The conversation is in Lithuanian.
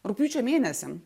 rugpjūčio mėnesį